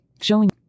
showing